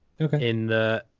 Okay